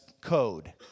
Code